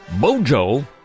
Bojo